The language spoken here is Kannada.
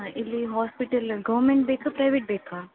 ಇಲ್ಲಿ ಹಾಸ್ಪಿಟಲ್ ಗೌರ್ಮೆಂಟ್ ಬೇಕಾ ಪ್ರೈವೇಟ್ ಬೇಕಾ